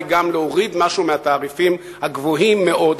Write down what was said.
גם להוריד משהו מהתעריפים הגבוהים מאוד,